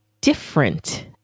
different